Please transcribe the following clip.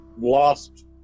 lost